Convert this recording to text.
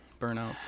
Burnouts